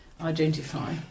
identify